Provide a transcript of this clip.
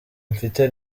mfite